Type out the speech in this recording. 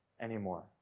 anymore